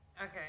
okay